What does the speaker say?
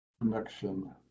connection